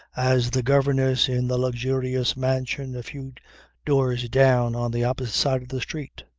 as the governess in the luxurious mansion a few doors down on the opposite side of the street.